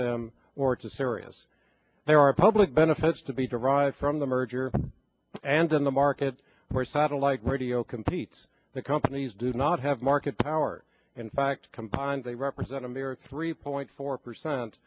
m or to sirius there are public benefits to be derived from the merger and in the market where satellite radio competes the companies do not have market power in fact combined they represent a mere three point four percent